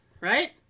right